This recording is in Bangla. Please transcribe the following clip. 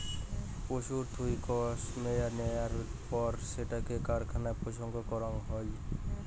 পশুর থুই কাশ্মেয়ার নেয়ার পর সেটোকে কারখানায় প্রসেস করাং হই